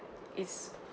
is